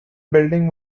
building